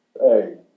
Hey